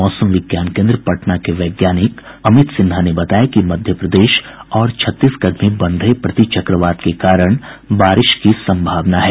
मौसम विज्ञान केन्द्र पटना के वैज्ञानिक अमित सिन्हा ने बताया कि मध्यप्रदेश और छत्तीसगढ़ में बन रहे प्रतिचक्रवात के कारण बारिश की संभावना है